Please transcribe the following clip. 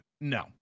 no